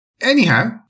Anyhow